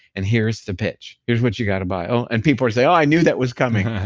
and here's the pitch. here's what you gotta buy. oh, and people are saying oh, i knew that was coming.